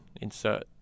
insert